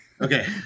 Okay